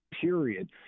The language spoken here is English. period